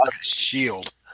shield